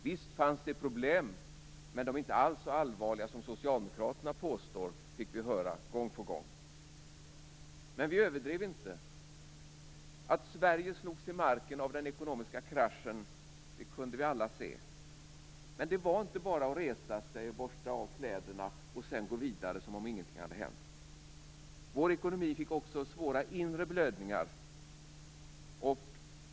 Visst fanns det problem, men de var inte alls så allvarliga som Socialdemokraterna påstod, fick vi höra gång på gång. Men vi överdrev inte. Att Sverige slogs till marken av den ekonomiska kraschen kunde vi alla se, men det var inte bara att resa sig, borsta av kläderna och sedan gå vidare som om ingenting hade hänt. Vår ekonomi fick också svåra inre blödningar.